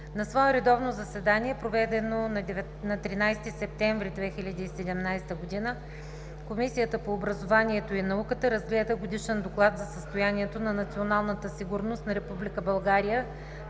На свое редовно заседание, проведено на 13 септември 2017 г., Комисията по образованието и науката разгледа Годишен доклад за състоянието на националната сигурност на